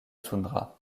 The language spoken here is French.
toundra